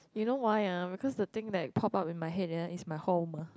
you know why ah because the thing that pop up in my head is my home uh